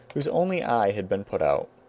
whose only eye had been put out.